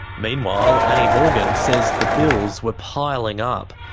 meanwhile, annie morgan says the bills were piling up.